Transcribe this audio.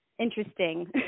interesting